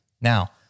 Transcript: Now